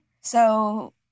so-